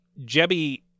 Jebby